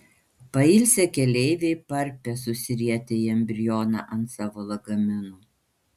pailsę keleiviai parpia susirietę į embrioną ant savo lagaminų